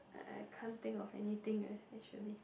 I I can't think of anything eh actually